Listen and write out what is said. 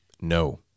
No